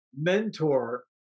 mentor